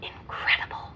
Incredible